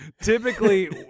typically